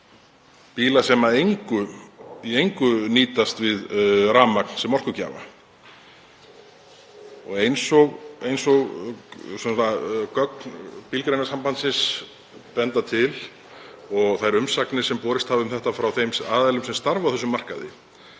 sem í engu notast við rafmagn sem orkugjafa. Eins og gögn Bílgreinasambandsins benda til og þær umsagnir sem borist hafa um þetta frá þeim aðilum sem starfa á þessum markaði